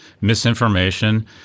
misinformation